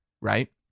right